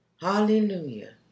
Hallelujah